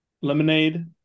lemonade